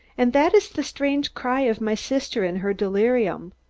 and that is the strange cry of my sister in her delirium.